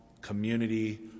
community